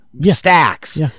stacks